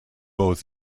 both